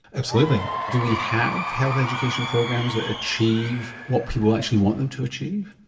absolutely. do we have health education programs that achieve what people actually want them to achieve?